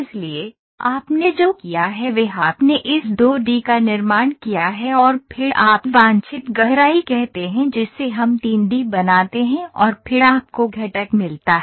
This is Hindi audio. इसलिए आपने जो किया है वह आपने इस 2 डी का निर्माण किया है और फिर आप वांछित गहराई कहते हैं जिसे हम 3 डी बनाते हैं और फिर आपको घटक मिलता है